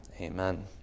Amen